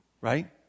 right